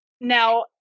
Now